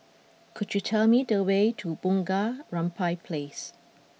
could you tell me the way to Bunga Rampai Place